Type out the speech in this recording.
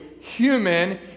human